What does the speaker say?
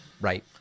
Right